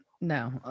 no